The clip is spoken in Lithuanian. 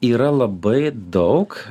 yra labai daug